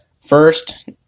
first